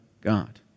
God